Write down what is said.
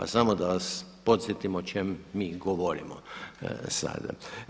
Pa samo da vas podsjetim o čem mi govorimo sada.